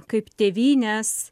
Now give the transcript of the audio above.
kaip tėvynės